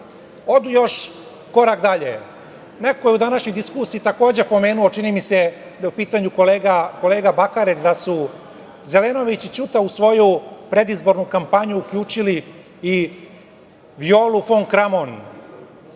odu još korak dalje. Neko je u današnjoj diskusiji takođe pomenuo, čini mi se da je u pitanju kolega Bakarec, da su Zelenović i Ćuta u svoju predizbornu kampanju uključili i Violu fon Kramon,